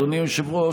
אדוני היושב-ראש,